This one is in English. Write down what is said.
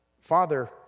Father